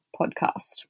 podcast